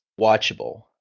watchable